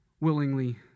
willingly